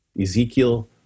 Ezekiel